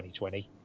2020